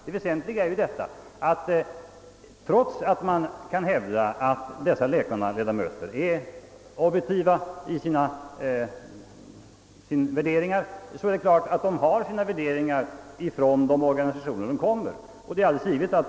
Det väsentliga är att, trots att man kan hävda att dessa lekmannarepresentanter är objektiva, är det klart att de har sina värderingar från de organisationer de kommer ifrån.